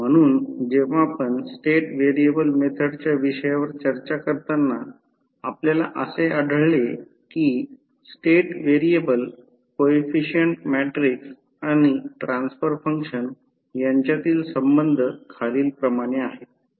म्हणून जेव्हा आपण स्टेट व्हेरिएबल मेथडच्या विषयावर चर्चा करतांना आपल्याला असे आढळले की स्टेट व्हेरिएबल कोइफिसिएंट मॅट्रिक्स आणि ट्रान्सफर फंक्शन यांच्यातील संबंध खालीलप्रमाणे आहे